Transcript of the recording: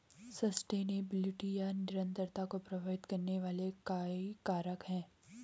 sustainability या निरंतरता को प्रभावित करने वाले कई कारक हैं